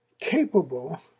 capable